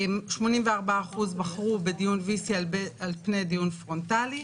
84% בחרו בדיון VC על פני דיון פרונטלי,